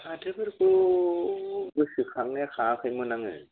फाथोफोरखौ गोसोखांनाया खाङाखैमोन आङो